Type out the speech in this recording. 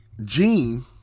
Gene